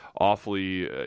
awfully